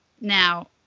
now